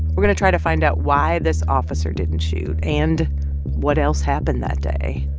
we're going to try to find out why this officer didn't shoot and what else happened that day.